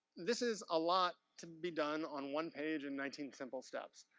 this is a lot to be done on one page in nineteen simple steps.